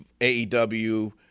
aew